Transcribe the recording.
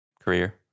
career